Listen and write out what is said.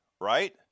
right